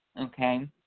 okay